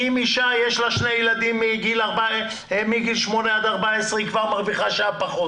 אם לאישה יש שני ילדים מגיל 8 עד 14 היא כבר מרוויחה שעה פחות.